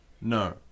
No